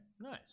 nice